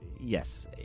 yes